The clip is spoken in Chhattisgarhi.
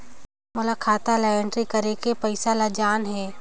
मोला खाता ला एंट्री करेके पइसा ला जान हे?